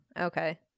Okay